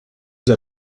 vous